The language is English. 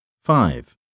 Five